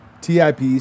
TIPs